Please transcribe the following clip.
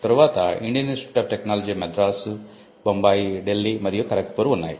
తరువాత Indian Institute of Technology Madras Bombay Delhi మరియు ఖరగ్పూర్ ఉన్నాయి